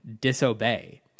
disobey